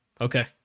okay